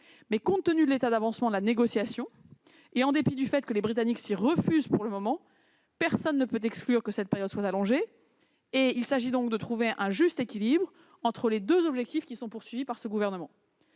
Compte tenu de l'état d'avancement de la négociation, et en dépit du fait que les Britanniques s'y refusent pour le moment, personne ne peut exclure que cette période sera allongée. Il s'agit de trouver un juste équilibre entre les deux objectifs du Gouvernement